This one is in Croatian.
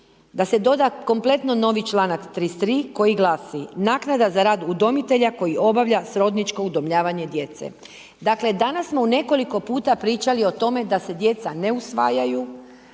da se doda kompletno novi čl. 33 koji glasi, naknada za rad udomitelja koji obavlja srodničko udomljavanje djece. Dakle, danas smo u nekoliko puta pričali o tome da se djeca ne usvajaju,